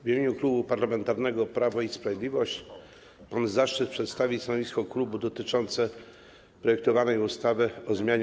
W imieniu Klubu Parlamentarnego Prawo i Sprawiedliwość mam zaszczyt przedstawić stanowisko klubu dotyczące projektowanej ustawy o zmianie